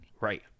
right